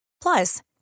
Plus